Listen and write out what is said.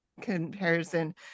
comparison